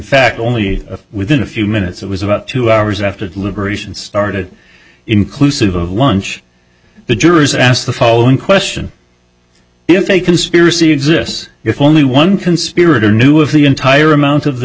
fact only within a few minutes it was about two hours after the liberation started inclusive of lunch the jurors asked the following question if a conspiracy exists if only one conspirator knew of the entire amount of the